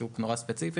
זה נורא ספציפי.